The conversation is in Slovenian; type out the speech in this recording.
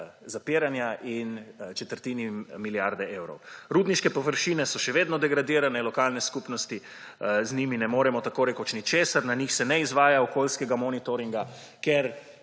zapiranja in četrtini milijarde evrov. Rudniške površine so še vedno degradirane, lokalne skupnosti z njimi ne moremo tako rekoč ničesar, na njih se ne izvaja okoljskega monitoringa, ker